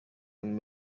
and